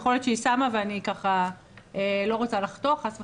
יכול להיות שהיא שמה ואני לא רוצה לחטוא חס וחלילה,